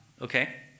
okay